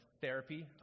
therapy